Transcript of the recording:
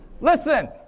Listen